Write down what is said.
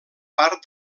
part